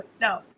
No